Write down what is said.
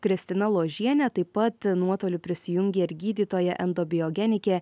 kristina ložiene taip pat nuotoliu prisijungė ir gydytoja endobiogenikė